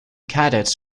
cadets